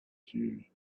you